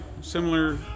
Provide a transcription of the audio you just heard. Similar